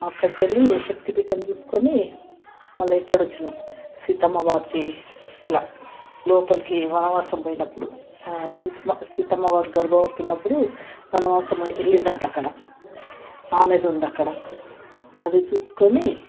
అక్కడికి వెళ్ళి శక్తిపీఠం చూసుకొని మళ్ళా ఇక్కడ వచ్చినాం సీతమ్మ వారిది ఇలా లోపలకి వనవాసం పోయినప్పుడు సీస్మ సీతమ్మ వారు గర్భవతి ఉన్నప్పుడు వనవాసం వెళ్ళింది అంట అక్కడ ఆమెది ఉంది అక్కడ అది చూసుకొని